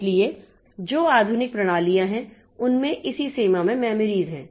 इसलिए जो आधुनिक प्रणालियां हैं उनमे इसी सीमा में मेमोरीज हैं